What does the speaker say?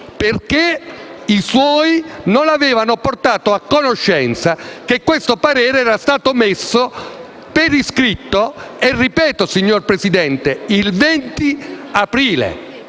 perché i suoi non l'avevano portato a conoscenza che questo parere era stato messo per iscritto, ripeto, signor Presidente, il 20 aprile.